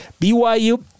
BYU